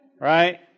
right